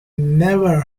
never